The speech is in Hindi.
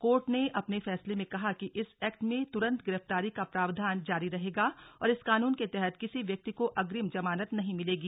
कोर्ट ने अपने फैसले में कहा कि इस एक्ट में तुरंत गिरफ्तारी का प्रावधान जारी रहेगा और इस कानून के तहत किसी व्यक्ति को अग्रिम जमानत नहीं मिलेगी